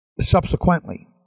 subsequently